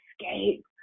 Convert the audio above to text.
escape